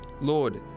Lord